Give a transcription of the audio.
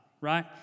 Right